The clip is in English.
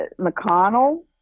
McConnell